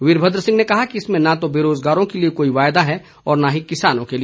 वीरभद्र सिंह ने कहा कि इसमें न तो बेरोज़गारों के लिए कोई वायदा है और न ही किसानों के लिए